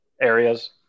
areas